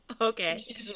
Okay